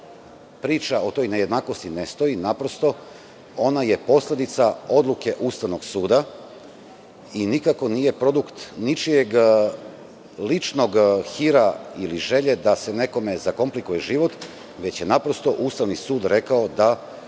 priča o toj nejednakosti ne stoji. Ona je posledica odluke Ustavnog suda i nikako nije produkt ničijeg ličnog hira ili želje da se nekome zakomplikuje život, već je naprosto Ustavni sud rekao da